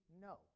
No